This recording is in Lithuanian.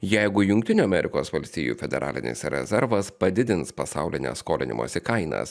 jeigu jungtinių amerikos valstijų federalinis rezervas padidins pasaulines skolinimosi kainas